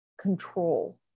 control